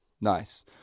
nice